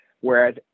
Whereas